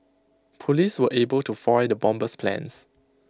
Police were able to foil the bomber's plans